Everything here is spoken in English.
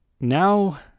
now